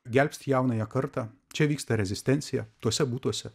gelbsti jaunąją kartą čia vyksta rezistencija tuose butuose